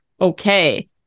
Okay